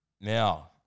now